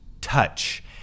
touch